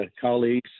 colleagues